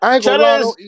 Cheddar